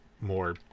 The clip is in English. more